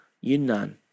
Yunnan